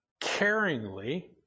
caringly